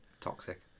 Toxic